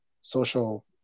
social